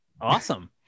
Awesome